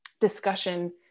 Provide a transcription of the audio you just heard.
discussion